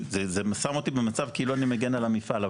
זה שם אותי במצב כאילו אני מגן על המפעל,